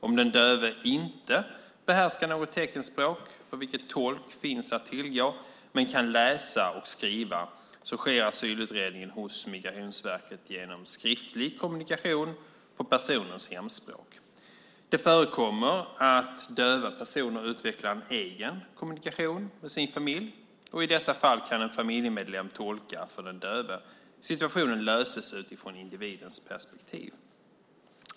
Om den döve inte behärskar något teckenspråk för vilket tolk finns att tillgå men kan läsa och skriva sker asylutredningen hos Migrationsverket genom skriftlig kommunikation på personens hemspråk. Det förekommer att döva personer utvecklar en egen kommunikation med sin familj. I dessa fall kan en familjemedlem tolka för den döve. Situationen löses utifrån individens perspektiv.